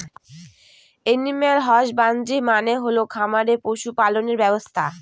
animal husbandry মানে হল খামারে পশু পালনের ব্যবসা